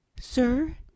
sir